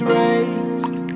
raised